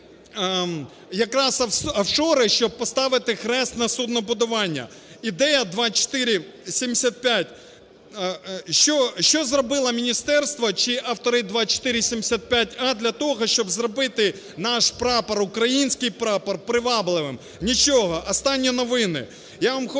якраз офшори, щоб поставити хрест на суднобудуванні. Ідея 2475. Що зробило міністерство чи автори 2475а для того, щоб зробити наш прапор, український прапор, привабливим? Нічого. Останні новини: